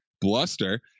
bluster